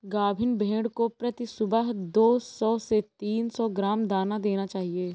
गाभिन भेड़ को प्रति सुबह दो सौ से तीन सौ ग्राम दाना देना चाहिए